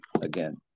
again